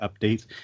updates